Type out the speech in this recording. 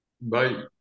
bye